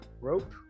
rope